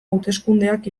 hauteskundeak